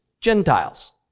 Gentiles